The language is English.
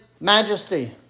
majesty